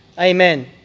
Amen